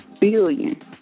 billion